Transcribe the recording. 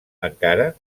encara